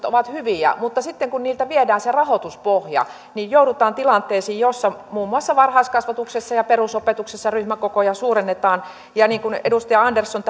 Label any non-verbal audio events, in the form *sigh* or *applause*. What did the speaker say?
*unintelligible* ovat hyviä mutta sitten kun niiltä viedään se rahoituspohja niin joudutaan tilanteisiin joissa muun muassa varhaiskasvatuksessa ja perusopetuksessa ryhmäkokoja suurennetaan ja niin kuin edustaja andersson *unintelligible*